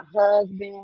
husband